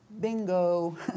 bingo